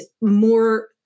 more